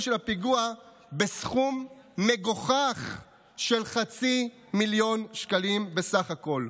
של הפיגוע בסכום מגוחך של חצי מיליון שקלים בסך הכול,